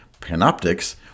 panoptics